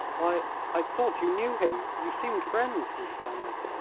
i i thought you knew him you seemed friends, he stammered.